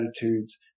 attitudes